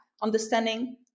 understanding